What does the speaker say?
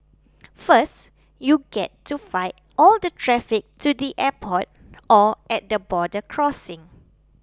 first you get to fight all the traffic to the airport or at the border crossing